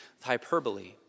hyperbole